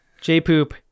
J-Poop